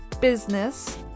business